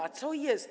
A co jest?